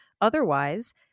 Otherwise